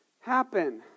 happen